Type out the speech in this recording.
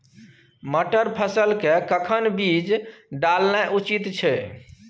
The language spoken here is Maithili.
मटर फसल के कखन बीज डालनाय उचित छै?